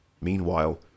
Meanwhile